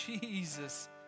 Jesus